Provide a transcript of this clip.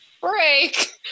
break